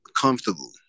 comfortable